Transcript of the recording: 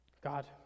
God